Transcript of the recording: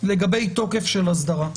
לגבי תוקף של אסדרה.